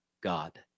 God